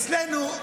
אצלנו,